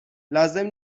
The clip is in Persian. لازم